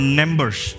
numbers